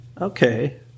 Okay